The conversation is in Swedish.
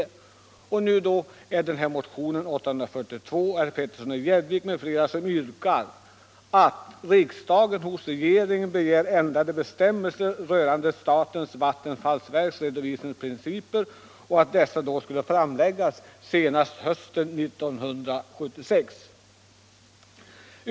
Nu yrkas i motionen 1975/76:842 av herr Petersson i Gäddvik m.fl. att riksdagen hos regeringen begär att förslag till ändrade bestämmelser rörande statens vattenfallsverks redovisningsprinciper skall framläggas senast hösten 1976.